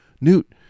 Newt